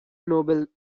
noble